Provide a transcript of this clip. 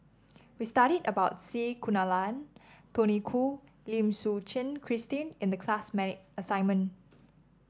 we studied about C Kunalan Tony Khoo Lim Suchen Christine in the class assignment